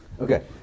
okay